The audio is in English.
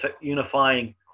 unifying